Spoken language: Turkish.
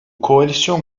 koalisyon